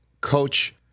coach